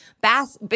bass